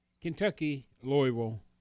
Kentucky-Louisville